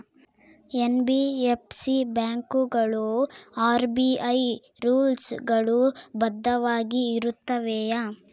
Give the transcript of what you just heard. NBFC ಬ್ಯಾಂಕುಗಳು RBI rules ಗಳು ಬದ್ಧವಾಗಿ ಇರುತ್ತವೆಯ?